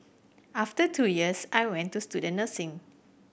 after two years I went to student nursing